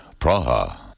Praha